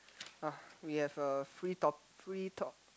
ah we have a free top free top